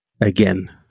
again